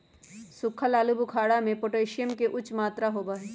सुखल आलू बुखारा में पोटेशियम के उच्च मात्रा होबा हई